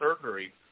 surgery